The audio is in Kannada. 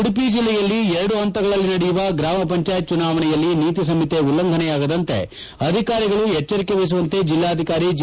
ಉಡುಪಿ ಜಿಲ್ಲೆಯಲ್ಲಿ ಎರಡು ಹಂತಗಳಲ್ಲಿ ನಡೆಯುವ ಗ್ರಾಮ ಪಂಚಾಯತ್ ಚುನಾವಣೆಯಲ್ಲಿ ನೀತಿ ಸಂಹಿತೆ ಉಲ್ಲಂಘನೆಯಾಗದಂತೆ ಅಧಿಕಾರಿಗಳು ಎಚ್ಚರಿಕೆ ವಹಿಸುವಂತೆ ಜಿಲ್ಲಾಧಿಕಾರಿ ಜಿ